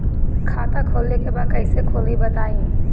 खाता खोले के बा कईसे खुली बताई?